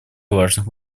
важных